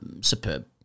superb